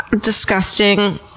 disgusting